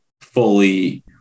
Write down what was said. fully